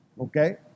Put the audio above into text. Okay